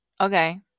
okay